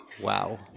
wow